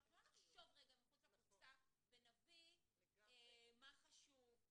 לא נחשוב רגע מחוץ לקופסה ונביא מה חשוב,